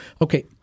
Okay